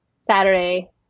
Saturday